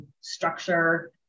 structure